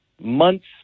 months